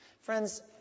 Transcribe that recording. Friends